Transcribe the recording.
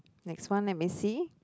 next one let me see